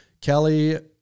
Kelly